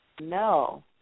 no